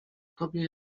tobie